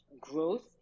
growth